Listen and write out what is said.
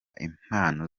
impano